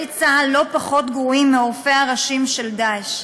צה"ל לא פחות גרועים מעורפי הראשים של "דאעש".